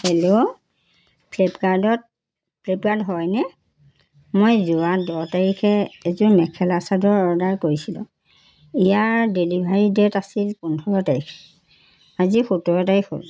hello ফ্লিপকাৰ্টত Flipkart হয়নে মই যোৱা দহ তাৰিখে এযোৰ মেখেলা চাদৰ অৰ্ডাৰ কৰিছিলোঁ ইয়াৰ ডেলিভাৰী ডেট আছিল পোন্ধৰ তাৰিখ আজি সোতৰ তাৰিখ হ'ল